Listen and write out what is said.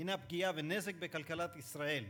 פגיעה ונזק לכלכלת ישראל,